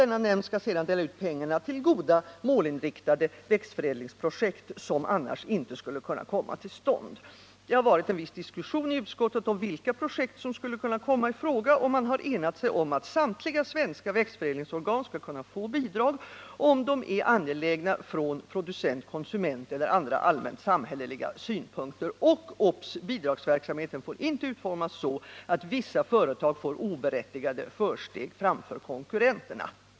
Nämnden skall sedan dela ut pengarna till goda, målinriktade växtförädlingsprojekt, som annars inte skulle kunna komma till stånd. Det har förts en viss diskussion i utskottet om vilka projekt som skulle kunna komma i fråga, och man har enat sig om att samtliga svenska växtförädlingsorgan skall kunna få bidrag, om de är angelägna från producentoch konsumentsynpunkter eller från andra allmänt samhälleliga synpunkter. Bidragsverksamheten får inte utformas så, att vissa företag får oberättigade försteg framför konkurrenterna.